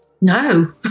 No